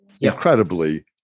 incredibly